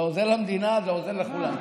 זה עוזר למדינה, זה עוזר לכולם.